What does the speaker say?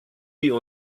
wir